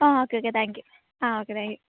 ആ okay okay thank you ah okay thank U